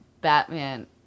Batman